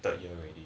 等